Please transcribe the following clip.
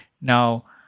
Now